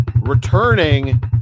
Returning